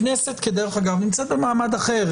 הכנסת נמצאת במעמד אחר,